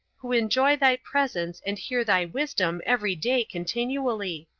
who enjoy thy presence and hear thy wisdom every day continually.